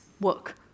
work